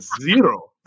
zero